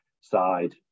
side